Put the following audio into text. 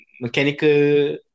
mechanical